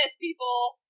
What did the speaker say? people